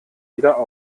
wieder